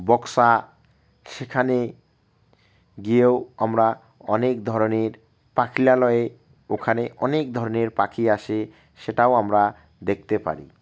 বক্সা সেখানে গিয়েও আমরা অনেক ধরনের পাখিরালয়ে ওখানে অনেক ধরনের পাখি আসে সেটাও আমরা দেখতে পারি